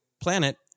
planet